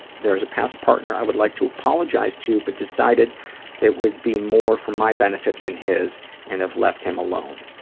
there's a past partner i would like to apologize to, but decided that it would be more for my benefit than his and have left him alone.